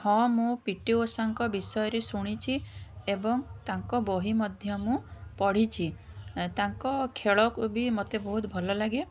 ହଁ ମୁଁ ପିଟି ଉଷାଙ୍କ ବିଷୟରେ ଶୁଣିଛି ଏବଂ ତାଙ୍କ ବହି ମଧ୍ୟ ମୁଁ ପଢ଼ିଛି ତାଙ୍କ ଖେଳକୁ ବି ମୋତେ ବହୁତ୍ ଭଲ ଲାଗେ